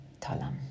Talam